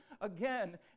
again